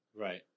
Right